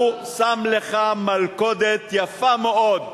הוא שם לך מלכודת יפה מאוד,